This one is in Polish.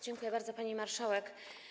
Dziękuję bardzo, pani marszałek.